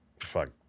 fuck